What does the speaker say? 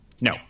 No